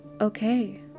okay